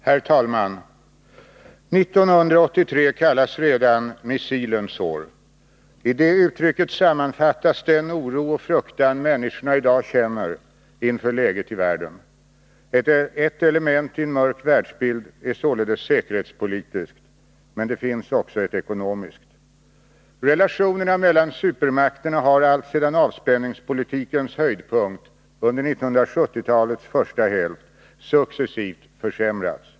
Herr talman! 1983 kallas redan ”missilens år”. I det uttrycket sammanfattas den oro och fruktan människorna i dag känner inför läget i världen. Ett element i en mörk världsbild är således säkerhetspolitiskt, men det finns också ett ekonomiskt. Relationerna mellan supermakterna har alltsedan avspänningspolitikens höjdpunkt under 1970-talets första hälft successivt försämrats.